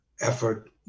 effort